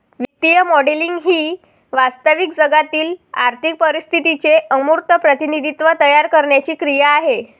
वित्तीय मॉडेलिंग ही वास्तविक जगातील आर्थिक परिस्थितीचे अमूर्त प्रतिनिधित्व तयार करण्याची क्रिया आहे